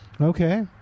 Okay